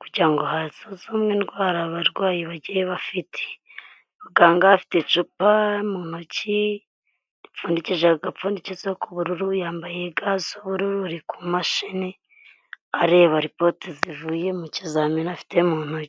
kugirango hasuzumwe ndwara abarwayi bagiye bafite, muganga afite icupa mu ntoki ripfundikishije agapfundikizo k'ubururu, yambaye ga z'ubururu ari ku mashini areba ripoti zivuye mu kizamini afite mu ntoki.